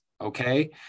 Okay